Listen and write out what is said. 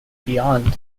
beyond